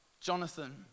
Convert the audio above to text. Jonathan